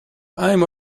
i’m